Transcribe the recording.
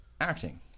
acting